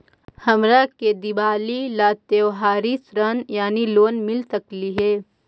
हमरा के दिवाली ला त्योहारी ऋण यानी लोन मिल सकली हे?